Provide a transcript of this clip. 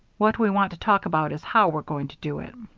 what we want to talk about is how we're going to do it.